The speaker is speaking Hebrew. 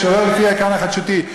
שלא לפי העיקרון החדשותי".